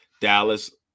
Dallas